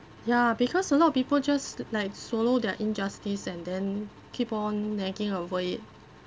ya because a lot of people just like swallow their injustice and then keep on nagging over it